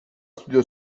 studio